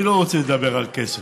אני לא רוצה לדבר על כסף.